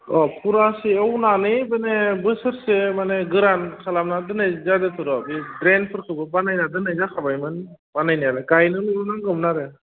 अ फुरासे एवनानै माने बोसोरसे माने गोरान खालामनानै दोननाय जादो थ' र बे ड्रेनफोरखोबो बानायना दोननाय जाखाबायमोन बानायनायालाय गायनोल' नांगौमोन आरो